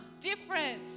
different